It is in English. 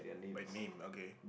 by name okay